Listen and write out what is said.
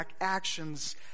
actions